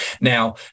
Now